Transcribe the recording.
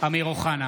אמיר אוחנה,